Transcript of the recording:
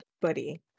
Buddy